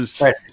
Right